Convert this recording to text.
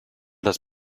das